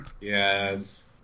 Yes